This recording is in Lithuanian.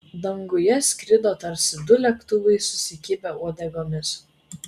danguje skrido tarsi du lėktuvai susikibę uodegomis